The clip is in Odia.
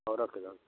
ହଉ ରଖିଦିଅନ୍ତୁ